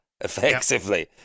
effectively